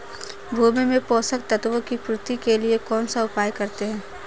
भूमि में पोषक तत्वों की पूर्ति के लिए कौनसा उपाय करते हैं?